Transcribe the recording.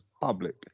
public